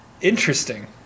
interesting